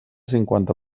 cinquanta